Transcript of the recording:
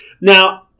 Now